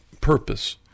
purpose